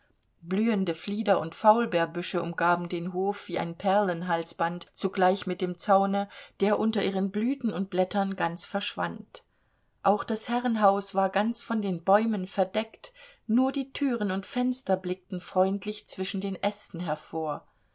blühende flieder und faulbeerbüsche umgaben den hof wie ein perlenhalsband zugleich mit dem zaune der unter ihren blüten und blättern ganz verschwand auch das herrenhaus war ganz von den bäumen verdeckt nur die türen und fenster blickten freundlich zwischen den ästen hervor